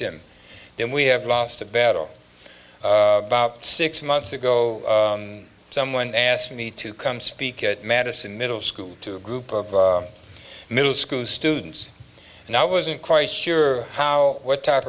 them then we have lost a battle about six months ago someone asked me to come speak at madison middle school to a group of middle school students and i wasn't quite sure how what type